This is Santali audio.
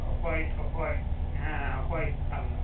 ᱚᱠᱚᱭ ᱚᱠᱚᱭ ᱦᱮᱸ ᱚᱠᱚᱭ ᱟᱢ ᱫᱚ